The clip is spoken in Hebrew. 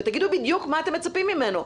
ותגידו בדיוק מה אתם מצפים ממנו.